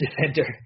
defender